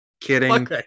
Kidding